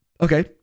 okay